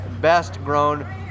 best-grown